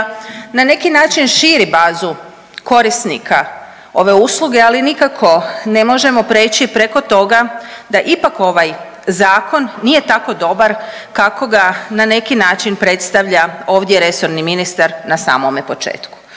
na neki način širi bazu korisnika ove usluge, ali nikako ne možemo preći preko toga da ipak ovaj zakon nije tako dobar kako ga na neki način predstavlja ovdje resorni ministar na samome početku.